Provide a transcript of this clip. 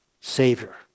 Savior